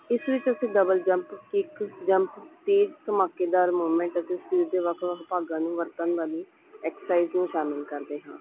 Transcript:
ਇਸ ਵਿੱਚ ਅਸੀਂ ਡਬਲ ਜੰਪ ਕਿੱਕ ਜੰਪ ਤੇਜ਼ ਧਮਾਕੇਦਾਰ ਮੁਮੈਂਟ ਅਤੇ ਸਰੀਰ ਦੇ ਵੱਖ ਵੱਖ ਭਾਗਾਂ ਨੂੰ ਵਰਤਣ ਵਾਲੀ ਐਕਸਾਈਜ਼ ਨੂੰ ਸ਼ਾਮਿਲ ਕਰਦੇ ਹਾਂ